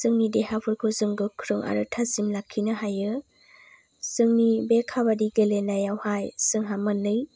जोंनि देहाफोरखौ जों गोख्रों आरो थाजिम लाखिनो हायो जोंनि बे काबादि गेलेनायावहाय जोंहा मोननै